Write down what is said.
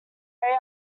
area